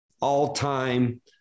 all-time